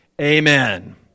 Amen